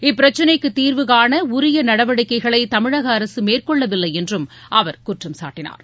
இப்பிரச்னைக்கு தீர்வுகாண உரிய நடவடிக்கைகளை தமிழக அரசு மேற்கொள்ளவில்லை என்றும் அவர் குற்றம் சாட்டினார்